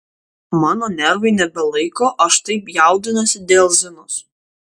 mano nervai nebelaiko aš taip jaudinuosi dėl zinos